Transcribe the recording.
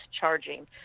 charging